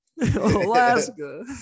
Alaska